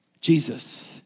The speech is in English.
Jesus